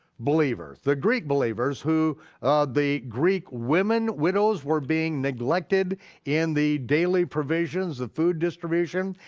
believers, the greek believers who the greek women widows were being neglected in the daily provisions, the food distribution,